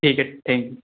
ठीक है thank you